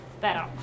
better